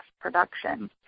production